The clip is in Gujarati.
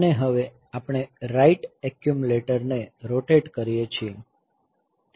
અને હવે આપણે રાઈટ એક્યુમલેટર ને રોટેટ કરીએ છીએ